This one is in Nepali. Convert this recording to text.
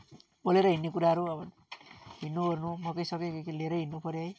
पोलेर हिँड्ने कुराहरू अब हिँड्नु ओर्नु मकै सकै केके लिएरै हिँड्नुपर्यो है